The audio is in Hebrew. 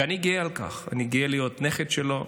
ואני גאה על כך, אני גאה להיות נכד שלו.